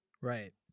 Right